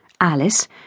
Alice—